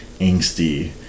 angsty